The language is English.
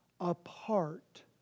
apart